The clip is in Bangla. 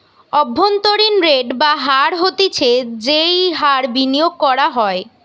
অভ্যন্তরীন রেট বা হার হতিছে যেই হার বিনিয়োগ করা হয়